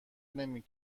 نمی